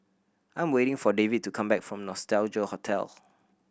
I'm waiting for David to come back from Nostalgia Hotel